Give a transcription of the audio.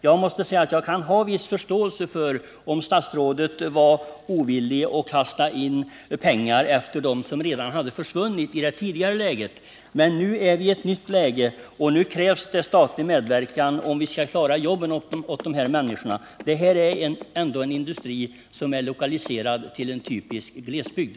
Jag kan ha en viss förståelse för att statsrådet var ovillig att kasta in pengar efter dem som redan försvunnit i det tidigare läget. Men nu befinner vi oss i ett nytt läge, och nu krävs det statlig medverkan om vi skall kunna klara jobben för de här människorna. Detta är ändå en industri som är lokaliserad till en typisk glesbygd.